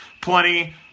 plenty